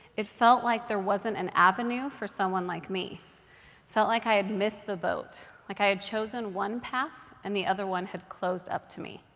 it felt like there wasn't an avenue for someone like me. i felt like i had missed the boat like i had chosen one path and the other one had closed up to me.